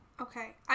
Okay